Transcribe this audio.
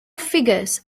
figures